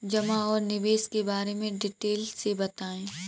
जमा और निवेश के बारे में डिटेल से बताएँ?